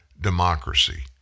democracy